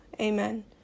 Amen